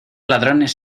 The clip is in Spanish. ladrones